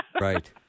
Right